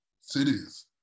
cities